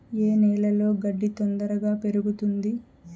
ఏ నేలలో గడ్డి తొందరగా పెరుగుతుంది